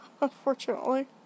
unfortunately